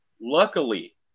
Luckily